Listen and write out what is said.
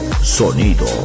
sonido